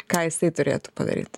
ką jis tai turėtų padaryt